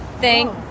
Thank